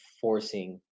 forcing